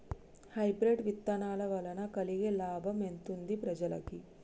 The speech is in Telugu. హైబ్రిడ్ విత్తనాల వలన కలిగే లాభం ఎంతుంది ప్రజలకి?